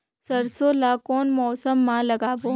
सरसो ला कोन मौसम मा लागबो?